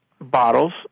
bottles